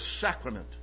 sacrament